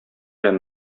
белән